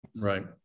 Right